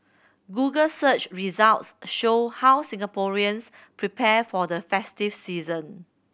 google search results show how Singaporeans prepare for the festive season